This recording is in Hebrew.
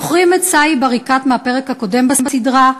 זוכרים את סאיב עריקאת מהפרק הקודם בסדרה?